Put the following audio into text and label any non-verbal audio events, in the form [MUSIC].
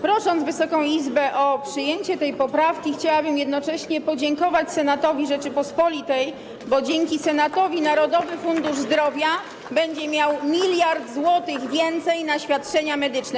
Prosząc Wysoką Izbę o przyjęcie tej poprawki, chciałabym jednocześnie podziękować Senatowi Rzeczypospolitej, [APPLAUSE] bo dzięki Senatowi Narodowy Fundusz Zdrowia będzie miał 1 mld zł więcej na świadczenia medyczne.